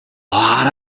lot